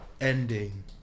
ending